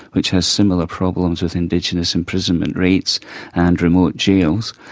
which has similar problems with indigenous imprisonment rates and remote jails,